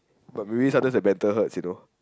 but maybe sometimes the banter hurts you know